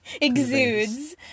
Exudes